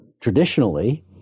traditionally